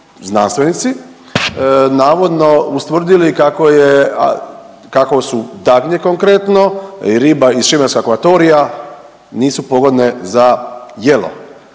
znanstvenici navodno ustvrdili kako su dagnje konkretno i riba iz šibenskog akvatorija nisu pogodne za jelo?